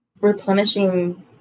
replenishing